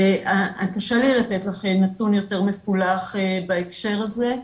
קשה לי לתת לך נתון יותר מפולח בהקשר הזה.